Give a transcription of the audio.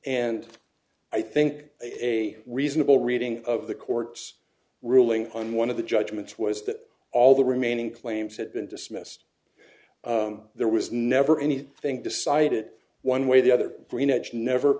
and i think a reasonable reading of the court's ruling on one of the judgments was that all the remaining claims had been dismissed there was never anything decided one way or the other